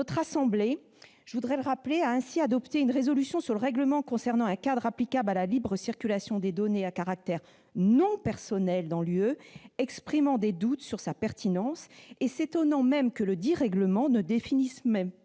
Notre assemblée a ainsi adopté une résolution sur le règlement concernant un cadre applicable à la libre circulation des données à caractère non personnel dans l'Union européenne, exprimant des doutes sur sa pertinence et s'étonnant que ledit règlement ne définisse même pas